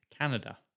Canada